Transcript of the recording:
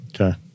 Okay